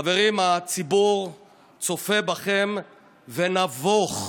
חברים, הציבור צופה בכם ונבוך.